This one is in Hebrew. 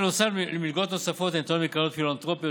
בנוסף למלגות נוספות הניתנות מקרנות פילנתרופיות